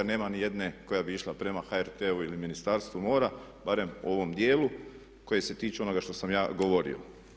Nema ni jedne koja bi išla prema HRT-u ili Ministarstvu mora barem u ovom dijelu koje se tiče onoga što sam ja govorio.